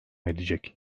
edecek